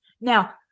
Now